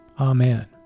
Amen